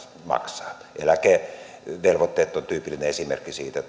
maksaa eläkevelvoitteet ovat tyypillinen esimerkki siitä